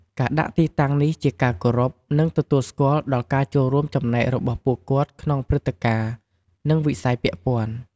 ការដាក់ទីតាំងនេះជាការគោរព និងទទួលស្គាល់ដល់ការចូលរួមចំណែករបស់ពួកគាត់ក្នុងព្រឹត្តិការណ៍ និងវិស័យពាក់ព័ន្ធ។